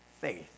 faith